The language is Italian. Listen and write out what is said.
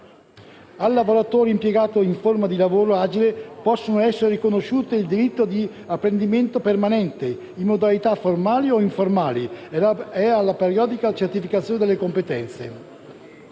Al lavoratore impiegato in forme di lavoro agile possono essere riconosciuti il diritto all'apprendimento permanente, in modalità formali o informali, e alla periodica certificazione delle competenze.